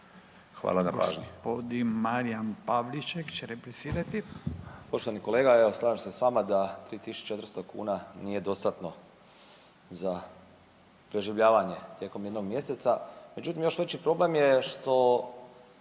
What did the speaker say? replicirati. **Pavliček, Marijan (Hrvatski suverenisti)** Poštovani kolega. Evo slažem se s vama da 3.400 kuna nije dostatno za preživljavanje tijekom jednog mjeseca, međutim još veći problem je što